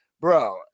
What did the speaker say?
bro